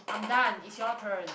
I'm done it's your turn